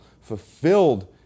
fulfilled